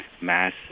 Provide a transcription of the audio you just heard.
mass